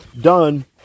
done